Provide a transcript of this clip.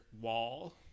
wall